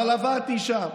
אבל עברתי שם